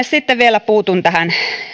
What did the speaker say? sitten vielä puutun tähän